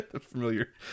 familiar